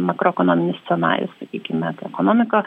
makroekonominis scenarijus sakykim na tai ekonomika